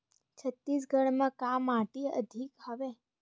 छत्तीसगढ़ म का माटी अधिक हवे?